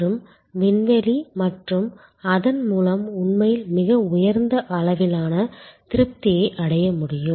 மற்றும் விண்வெளி மற்றும் அதன் மூலம் உண்மையில் மிக உயர்ந்த அளவிலான திருப்தியை அடைய முடியும்